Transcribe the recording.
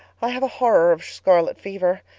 i have a horror of scarlet fever.